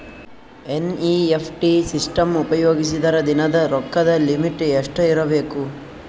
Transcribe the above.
NEFT system ಉಪಯೋಗಿಸಿದರ ದಿನದ ರೊಕ್ಕದ ಲಿಮಿಟ್ ಎಷ್ಟ ಇರಬೇಕು?